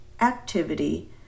activity